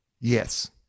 Yes